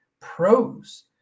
pros